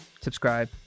Subscribe